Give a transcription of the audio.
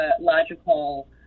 logical